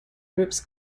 groups